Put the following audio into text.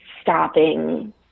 stopping